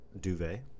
duvet